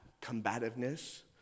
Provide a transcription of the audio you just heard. combativeness